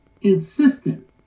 insistent